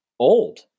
old